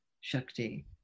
Shakti